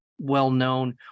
well-known